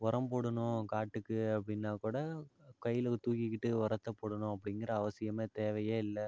உரம் போடணும் காட்டுக்கு அப்படின்னா கூட கையில் தூக்கிகிட்டு ஒரத்தை போடணும் அப்படிங்கிற அவசியமே தேவையே இல்லை